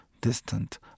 distant